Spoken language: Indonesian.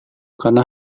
karena